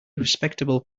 respectable